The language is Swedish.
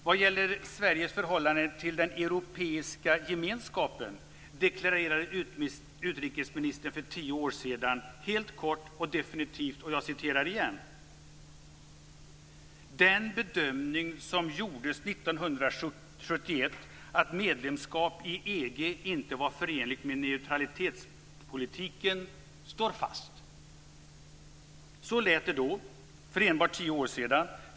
Vad gäller Sveriges förhållande till den europeiska gemenskapen deklarerade utrikesministern för tio år sedan helt kort och definitivt följande: "Den bedömning som gjordes 1971, att medlemskap i EG inte var förenligt med neutralitetspolitiken, står fast." Så lät det då, för enbart tio år sedan.